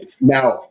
Now